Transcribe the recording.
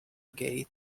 gate